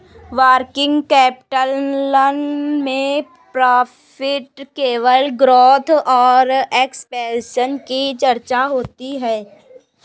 working capital में profit level growth और expansion की चर्चा होती है